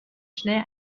schnell